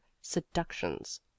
seductions